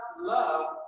love